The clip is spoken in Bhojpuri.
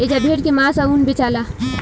एजा भेड़ के मांस आ ऊन बेचाला